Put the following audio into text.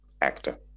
actor